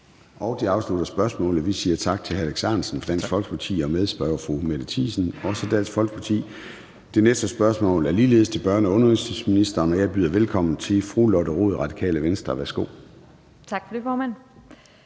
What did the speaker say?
Det afslutter spørgsmålet. Vi siger tak til hr. Alex Ahrendtsen, Dansk Folkeparti, og medspørger fru Mette Thiesen, også Dansk Folkeparti. Det næste spørgsmål er ligeledes til børne- og undervisningsministeren, og jeg byder velkommen til spørger fru Lotte Rod, Radikale Venstre. Kl. 14:03 Spm. nr.